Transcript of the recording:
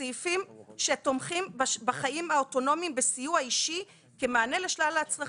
סעיפים שתומכים בחיים האוטונומיים בסיוע אישי כמענה לשלל הצרכים,